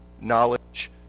knowledge